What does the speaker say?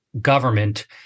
government